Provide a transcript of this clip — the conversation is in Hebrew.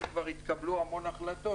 כבר התקבלו המון החלטות.